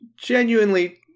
Genuinely